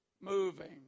moving